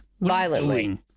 Violently